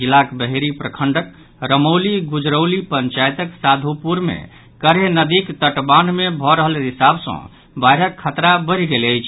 जिलाक बहेरी प्रखंडक रमौली गुजरौली पंचायतक साधोपुर मे करेह नदीक तटबान्ह मे भऽ रहल रिसाव सँ बाढ़िक खतरा बढ़ि गेल अछि